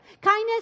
Kindness